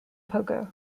pogo